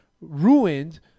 ruined